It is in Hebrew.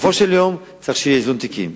בסופו של יום צריך שיהיה איזון תיקים.